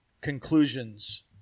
conclusions